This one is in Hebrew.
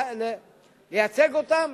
לייצג אותם